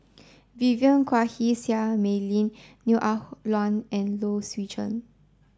Vivien Quahe Seah Mei Lin Neo Ah Luan and Low Swee Chen